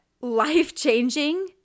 life-changing